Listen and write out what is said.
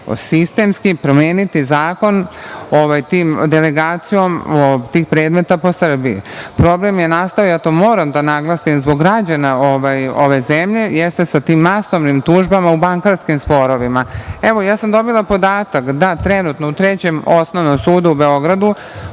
sistemski, promeniti zakon delegacijom tih predmeta po Srbiji. Problem je nastao, ja to moram da naglasim i zbog građana ove zemlje, jeste sa tim masovnim tužbama u bankarskim sporovima. Evo, ja sam dobila podataka da trenutno u Trećem osnovnom sudu u Beogradu,